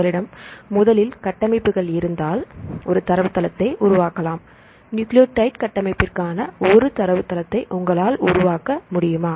உங்களிடம் முதலில் கட்டமைப்புகள் இருந்தாள் ஒரு தரவு தளத்தை உருவாக்கலாம் நியூக்ளியோடைடு கட்டமைப்பிற்கான ஒரு தரவுத்தளத்தை உங்களால் உருவாக்க முடியுமா